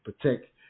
protect